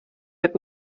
wird